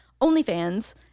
OnlyFans